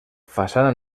façana